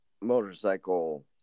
motorcycle